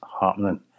happening